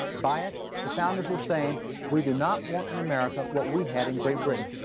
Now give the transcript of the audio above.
by it the founders were saying we do not want in america what we had in great britain.